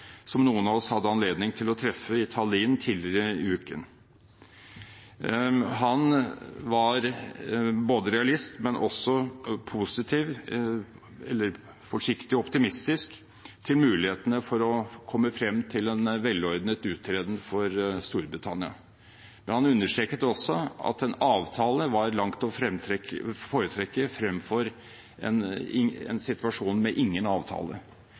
som noen av oss hadde anledning til å treffe i Tallinn tidligere i uken. Han var realist, men også positiv og forsiktig optimistisk til mulighetene for å komme frem til en velordnet uttreden for Storbritannia. Men han understreket også at en avtale var langt å foretrekke fremfor en situasjon med ingen avtale.